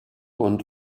und